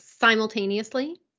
simultaneously